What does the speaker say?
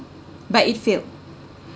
but it failed